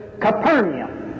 Capernaum